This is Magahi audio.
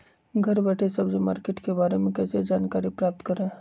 घर बैठे सब्जी मार्केट के बारे में कैसे जानकारी प्राप्त करें?